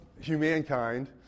humankind